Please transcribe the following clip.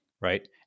right